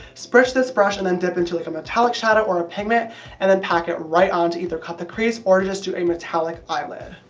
spritz this brush and then dip into like a metallic shadow or a pigment and then pack it right on either cut the crease, or to just do a metallic eyelid.